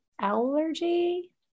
allergy